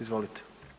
Izvolite.